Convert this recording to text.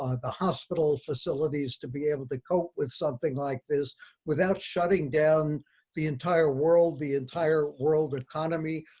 ah the hospital facilities to be able to cope with something like this without shutting down the entire world, the entire world economy.